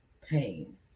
pain